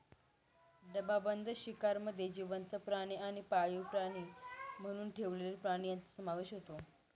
डबाबंद शिकारमध्ये जिवंत प्राणी आणि पाळीव प्राणी म्हणून ठेवलेले प्राणी यांचा समावेश होतो